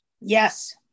Yes